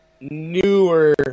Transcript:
newer